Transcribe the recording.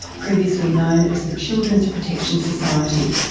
previously known as the children's protection society,